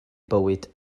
bywyd